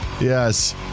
Yes